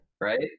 right